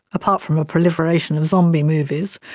apart from a proliferation of zombie movies,